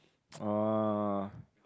oh